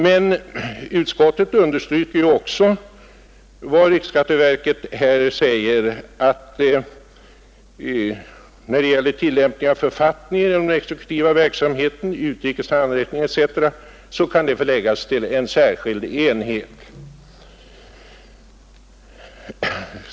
Men utskottet understryker också vad riksskatteverket här säger när det gäller tillämpning av författningar inom den exekutiva verksamheten och utrikes handräckning etc. att det kan förläggas till en särskild enhet.